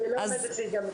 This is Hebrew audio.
אני לא רואה איך זה ייגמר.